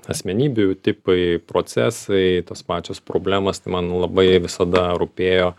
asmenybių tipai procesai tos pačios problemos tai man labai visada rūpėjo